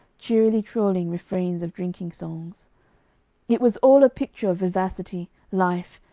cheerily trolling refrains of drinking-songs it was all a picture of vivacity, life,